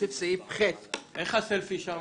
להוסיף את סעיף קטן (ח).